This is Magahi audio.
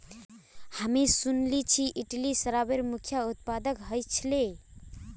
हामी सुनिल छि इटली शराबेर मुख्य उत्पादक ह छिले